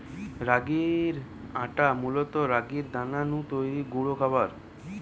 রাগির আটা মূলত রাগির দানা নু তৈরি গুঁড়া খাবার